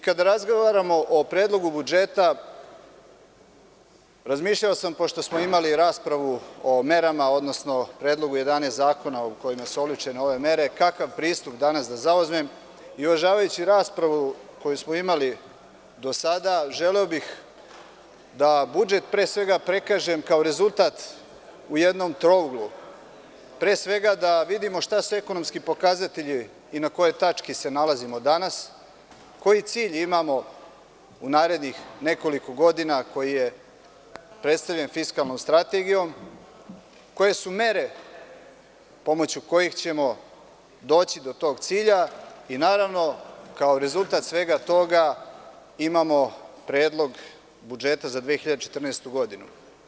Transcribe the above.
Kada razgovaramo o Predlogu budžeta, razmišljao sam, pošto smo imali raspravu o merama, odnosno predlogu 11 zakona u kojima su oličene ove mere, kakav pristup danas da zauzmem i uvažavajući raspravu koju smo imali do sada, želeo bih da budžet pre svega prikažem kao rezultat u jednom trouglu, pre svega da vidimo šta su ekonomski pokazatelji i na kojoj tački se nalazimo danas, koji cilj imamo u narednih nekoliko godina, koji je predstavljen fiskalnom strategijom, koje su mere pomoću kojih ćemo doći do tog cilja i naravno, kao rezultat svega toga, imamo Predlog budžeta za 2014. godinu.